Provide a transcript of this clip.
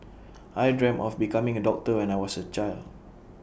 I dreamt of becoming A doctor when I was A child